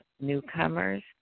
newcomers